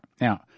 Now